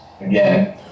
again